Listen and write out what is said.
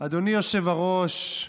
אדוני היושב-ראש,